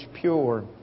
pure